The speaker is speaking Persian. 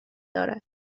دارد